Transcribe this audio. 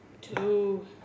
two